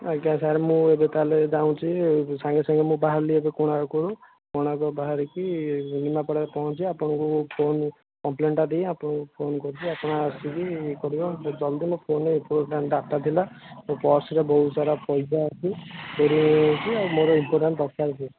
ଆଜ୍ଞା ସାର୍ ମୁଁ ଏବେ ତା'ହେଲେ ଯାଉଛି ସାଙ୍ଗେ ସାଙ୍ଗେ ମୁଁ ବାହାରିଲି ଏବେ କୋଣାର୍କରୁ କୋଣାର୍କରୁ ବାହାରିକି ନିମାପଡ଼ାରେ ପହଞ୍ଚି ଆପଣଙ୍କୁ ମୁଁ ଫୋନ୍ କମ୍ପ୍ଲେନ୍ଟା ଦେଇ ଆପଣଙ୍କୁ ଫୋନ୍ କରୁଛି ଆପଣ ଆସିକି ଇଏ କରିବେ ଜଲ୍ଦି ମୋ ଫୋନ୍ରେ ଇମ୍ପୋଣ୍ଟାଣ୍ଟ୍ ଡ଼ାଟା ଥିଲା ସେ ପର୍ସରେ ବହୁତ ସାରା ପଇସା ଅଛି ଚୋରି ହେଇ ଯାଇଛି ଆଉ ମୋର ଇମ୍ପୋଣ୍ଟାଣ୍ଟ୍ ଦରକାରେ ସିଏ